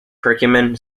perkiomen